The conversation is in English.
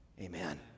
Amen